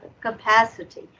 capacity